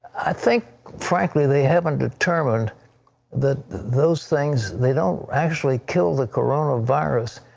i think frankly they haven't determined that those things they don't actually kill the coronavirus.